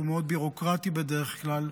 שהוא מאוד ביורוקרטי בדרך כלל,